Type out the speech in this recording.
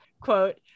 quote